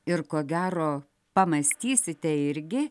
ir ko gero pamąstysite irgi